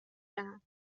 دهم